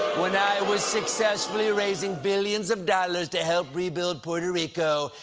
when i was successfully raising billions of dollars to help rebuild puerto rico.